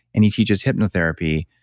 and he teaches hypnotherapy,